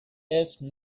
اسم